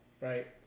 Right